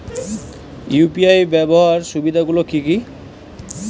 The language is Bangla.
ইউ.পি.আই ব্যাবহার সুবিধাগুলি কি কি?